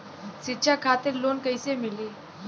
शिक्षा खातिर लोन कैसे मिली?